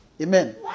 Amen